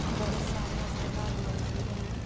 بہت سارے اسپتال موجود ہیں